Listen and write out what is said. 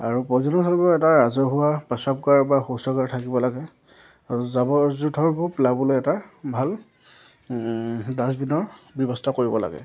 আৰু পৰ্যটন স্থলীবোৰ এটা ৰাজহুৱা প্ৰস্ৰাৱগাৰ বা শৌচাগাৰ থাকিব লাগে আৰু জাবৰ জোঁথৰবোৰ পেলাবলৈ এটা ভাল ডাষ্টবিনৰ ব্যৱস্থা কৰিব লাগে